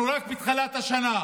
אנחנו רק בתחילת השנה,